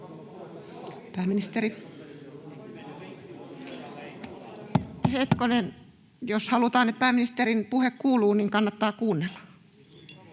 koputtaa] — Hetkonen. Jos halutaan, että pääministerin puhe kuuluu, niin kannattaa kuunnella.